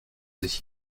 sich